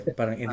Parang